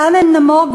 לאן הן נמוגו?